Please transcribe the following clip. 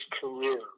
career